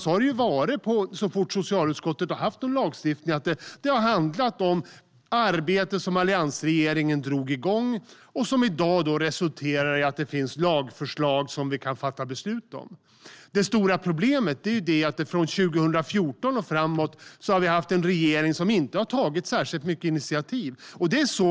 Så fort socialutskottet har haft en lagstiftning att behandla har det handlat om arbete som alliansregeringen dragit igång och, som i dag, resulterar i att det finns lagförslag som vi kan fatta beslut om. Det stora problemet är att från 2014 och framåt har vi haft en regering som inte har tagit särskilt mycket initiativ.